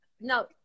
no